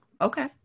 okay